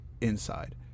Inside